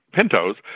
Pinto's